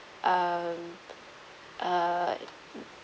um uh